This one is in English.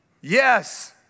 Yes